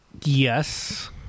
Yes